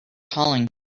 calling